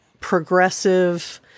progressive